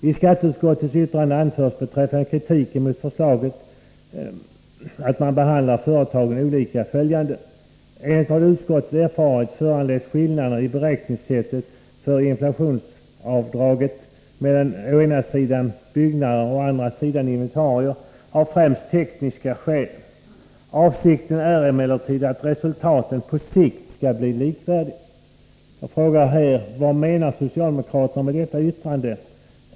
I skatteutskottets yttrande anförs beträffande kritiken mot att förslaget behandlar företagen olika: ”Enligt vad utskottet erfarit föranleds skillnaderna i beräkningssättet för inflationsavdraget mellan å ena sidan byggnader och å andra sidan inventarier m.m. av främst tekniska skäl. Avsikten är emellertid att resultatet på sikt skall bli likvärdigt.” Vad menar socialdemokraterna med detta yttrande?